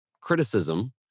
criticism